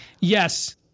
Yes